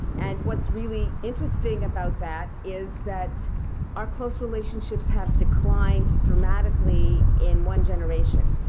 and what's really interesting about that is that our close relationships have declined dramatically in one generation.